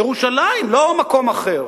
ירושלים ולא מקום אחר.